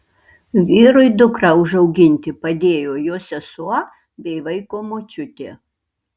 vyrui dukrą užauginti padėjo jo sesuo bei vaiko močiutė